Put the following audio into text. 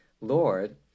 Lord